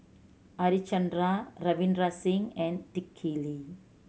Harichandra Ravinder Singh and Dick Lee